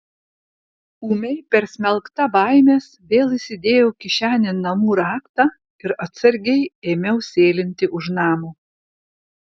ūmiai persmelkta baimės vėl įsidėjau kišenėn namų raktą ir atsargiai ėmiau sėlinti už namo